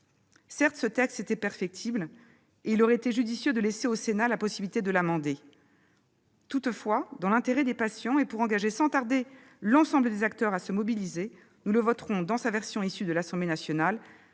Certes, ce texte était perfectible et il aurait été judicieux de laisser au Sénat la possibilité de l'amender. Toutefois, dans l'intérêt des patients et pour engager sans tarder l'ensemble des acteurs à se mobiliser, nous le voterons dans sa version issue de l'Assemblée nationale.